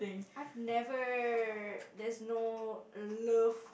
I've never there's no love